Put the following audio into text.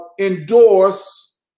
endorse